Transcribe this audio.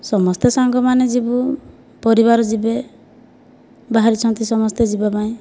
ସମସ୍ତେ ସାଙ୍ଗ ମାନେ ଯିବୁ ପରିବାର ଯିବେ ବାହାରିଛନ୍ତି ସମସ୍ତେ ଯିବା ପାଇଁ